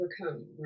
overcome